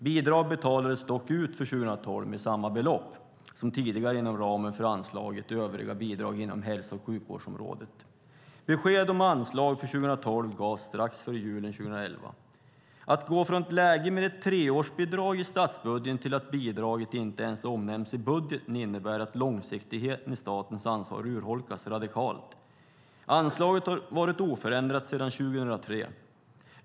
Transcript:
Bidrag betalades dock ut för 2012 med samma belopp som tidigare inom ramen för anslaget Övriga bidrag inom hälso och sjukvårdsområdet. Besked om anslag för 2012 gavs strax före julen 2011. Att gå från ett läge med ett treårsbidrag i statsbudgeten till att bidraget inte ens omnämns i budget innebär att långsiktigheten i statens ansvar urholkas radikalt. Anslaget har varit oförändrat sedan 2003.